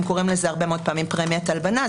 הם קוראים לזה הרבה מאוד פעמים פרמיית הלבנה.